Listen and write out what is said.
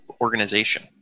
organization